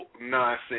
nonsense